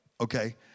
Okay